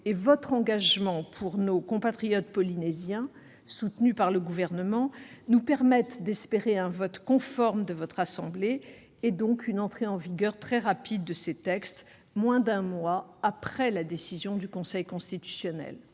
et votre engagement pour nos compatriotes polynésiens, soutenu par le Gouvernement, nous permettent d'espérer un vote conforme de votre assemblée et une entrée en vigueur très rapide de ces textes, moins d'un mois après la décision du Conseil constitutionnel.